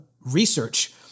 research